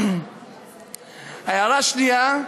ההערה השנייה,